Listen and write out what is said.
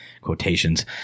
quotations